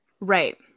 Right